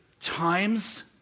times